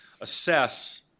assess